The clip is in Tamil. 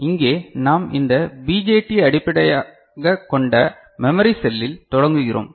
இங்கே நாம் இந்த பிஜேடி அடிப்படையாகக் கொண்ட மெமரி செல்லில் தொடங்குகிறோம்